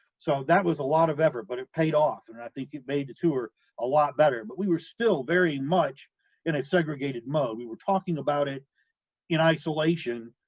so that was a lot of effort, but it paid off, and i think it made the tour a lot better, but we were still very much in a segregated mode. we were talking about it in isolation,